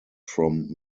from